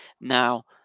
Now